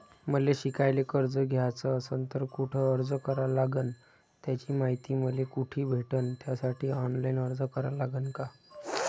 मले शिकायले कर्ज घ्याच असन तर कुठ अर्ज करा लागन त्याची मायती मले कुठी भेटन त्यासाठी ऑनलाईन अर्ज करा लागन का?